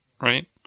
right